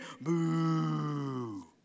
Boo